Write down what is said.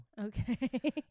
okay